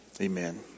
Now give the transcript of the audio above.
amen